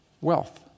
wealth